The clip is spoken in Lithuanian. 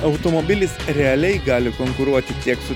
automobilis realiai gali konkuruoti tiek su